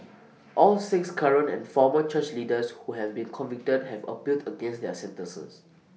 all six current and former church leaders who have been convicted have appealed against their sentences